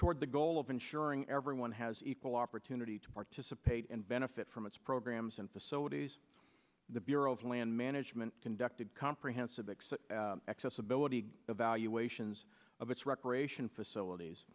toward the goal of ensuring everyone has equal opportunity to participate and benefit from its programs and facilities the bureau of land management conducted comprehensive exit accessibility evaluations of its recreation facilities